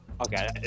Okay